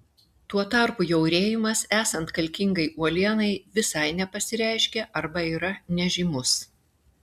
tuo tarpu jaurėjimas esant kalkingai uolienai visai nepasireiškia arba yra nežymus